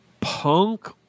Punk